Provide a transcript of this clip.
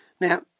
Now